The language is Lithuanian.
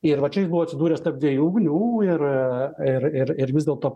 ir va čia jis buvo atsidūręs tarp dviejų ugnių ir ir ir ir vis dėlto